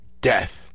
death